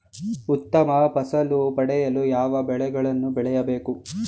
ಉತ್ತಮ ಫಸಲು ಪಡೆಯಲು ಯಾವ ಬೆಳೆಗಳನ್ನು ಬೆಳೆಯಬೇಕು?